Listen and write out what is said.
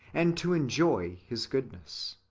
and to enjoy his goodness.